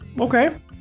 Okay